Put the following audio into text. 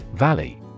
Valley